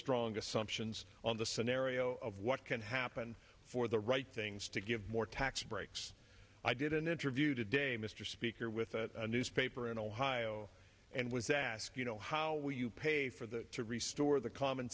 strong assumptions on the scenario of what can happen for the right things to give more tax breaks i did an interview today mr speaker with a newspaper in ohio and was asked you know how will you pay for the to reste or the